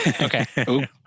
Okay